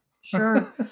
sure